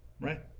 right